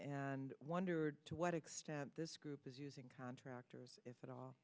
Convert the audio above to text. and wondered to what extent this group is using contractors if at all